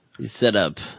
setup